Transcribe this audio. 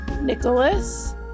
Nicholas